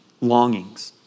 longings